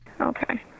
Okay